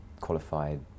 qualified